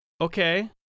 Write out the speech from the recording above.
okay